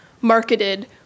marketed